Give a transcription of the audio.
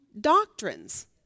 doctrines